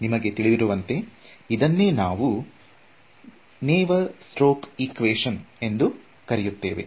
ನಿಮಗೆ ತಿಳಿದಿರುವಂತೆ ಇದನ್ನೇ ನಾವು ನೆವ್ಯರ್ ಸ್ಟ್ರೋಕ್ ಈಕ್ವೇಶನ್ ಎಂದು ಕರೆಯುತ್ತೇವೆ